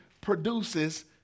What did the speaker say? produces